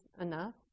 enough